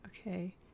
Okay